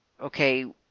okay